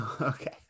okay